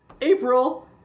april